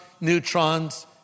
neutrons